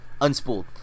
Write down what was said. Unspooled